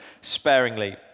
sparingly